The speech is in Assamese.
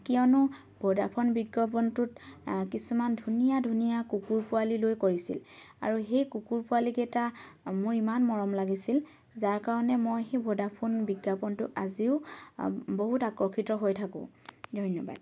কিয়নো ভ'ডাফোন বিজ্ঞাপনটোত কিছুমান ধুনীয়া ধুনীয়া কুকুৰ পোৱালী লৈ কৰিছিল আৰু সেই কুকুৰ পোৱালীকেইটা মোৰ ইমান মৰম লাগিছিল যাৰ কাৰণে মই সেই ভ'ডাফোন বিজ্ঞাপনটো আজিও বহুত আকৰ্ষিত হৈ থাকোঁ ধন্যবাদ